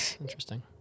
interesting